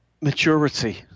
Maturity